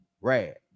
Rad